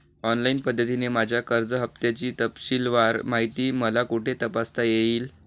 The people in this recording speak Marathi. ऑनलाईन पद्धतीने माझ्या कर्ज हफ्त्याची तपशीलवार माहिती मला कुठे तपासता येईल?